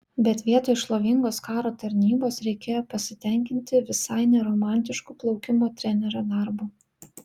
bet vietoj šlovingos karo tarnybos reikėjo pasitenkinti visai ne romantišku plaukimo trenerio darbu